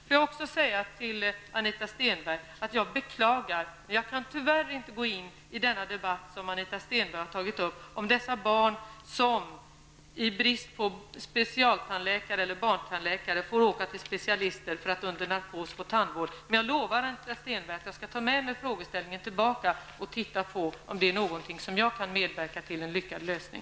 Låt mig säga till Anita Stenberg att jag beklagar att jag inte kan gå in i en debatt om de barn som i brist på barntandläkare får åka till specialister för att under narkos få tandvård. Men jag lovar att jag skall ta med mig frågeställningen och titta på om det är någonting som jag kan göra för att medverka till en lyckad lösning.